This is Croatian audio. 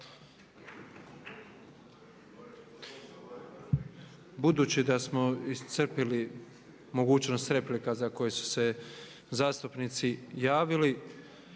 Budući da smo iscrpili mogućnost replika za koje su se zastupnici javili,